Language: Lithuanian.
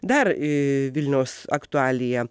dar į vilniaus aktualija